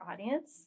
audience